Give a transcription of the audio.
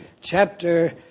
chapter